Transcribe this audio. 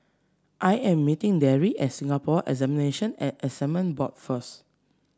I am meeting Darry at Singapore Examinations and Assessment Board first